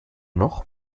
noch